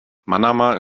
manama